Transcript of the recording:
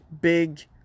big